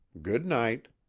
good night.